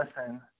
listen